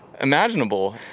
imaginable